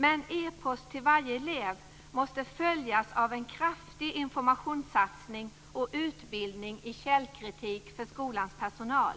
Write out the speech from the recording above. Men "e-post till varje elev" måste följas av en kraftig informationssatsning och av utbildning i källkritik för skolans personal.